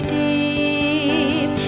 deep